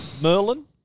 Merlin